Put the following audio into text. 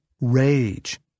rage